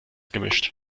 gemischt